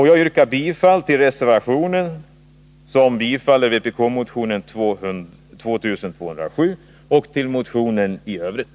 Jag yrkar bifall till reservationen, som innebär bifall till yrkande 1 i vpk-motionen 2207. Jag yrkar även bifall till motionen i övrigt.